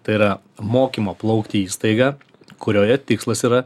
tai yra mokymo plaukti įstaigą kurioje tikslas yra